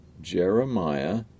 Jeremiah